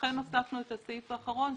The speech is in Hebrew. לכן הוספנו את הפסקה האחרונה,